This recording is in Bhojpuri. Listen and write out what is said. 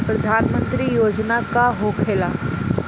प्रधानमंत्री योजना का होखेला?